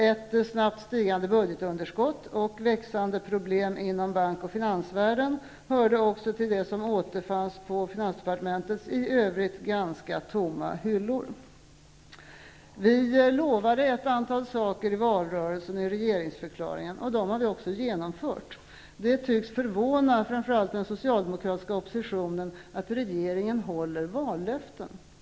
Ett snabbt stigande budgetunderskott och växande problem inom bank och finansvärlden hörde också till det som återfanns på finansdepartementets i övrigt ganska tomma hyllor. Vi lovade ett antal saker i valrörelsen och i regeringsförklaringen. Det har vi också genomfört. Det tycks förvåna framför allt den socialdemokratiska oppositionen att regeringen håller vallöften.